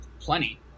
plenty